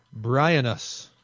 Brianus